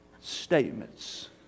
statements